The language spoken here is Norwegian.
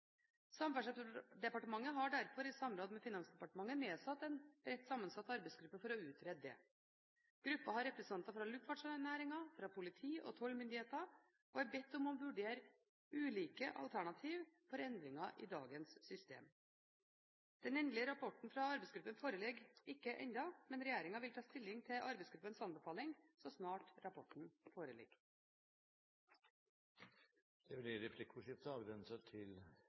Samferdselsdepartementet har derfor i samråd med Finansdepartementet nedsatt en bredt sammensatt arbeidsgruppe for å utrede dette. Gruppen har representanter fra luftfartsnæringen, politi og tollmyndigheter og er bedt om å vurdere ulike alternativer for endringer i dagens system. Den endelige rapporten fra arbeidsgruppen foreligger ennå ikke, men regjeringen vil ta stilling til arbeidsgruppens anbefaling så snart rapporten foreligger.